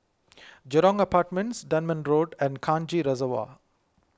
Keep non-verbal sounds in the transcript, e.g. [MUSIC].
Jurong Apartments Dunman Road and Kranji [UNINTELLIGIBLE]